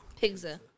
Pizza